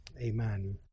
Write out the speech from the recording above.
amen